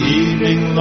evening